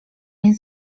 nie